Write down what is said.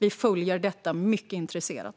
Vi följer detta mycket intresserat.